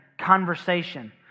conversation